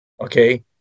okay